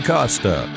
Costa